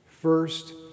First